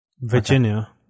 Virginia